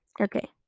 Okay